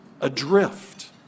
adrift